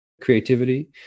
creativity